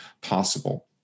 possible